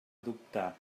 adoptar